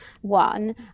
one